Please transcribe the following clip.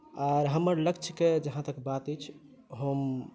आओर हमर लक्ष्यके जहाँतक बात अछि हम